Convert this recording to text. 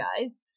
guys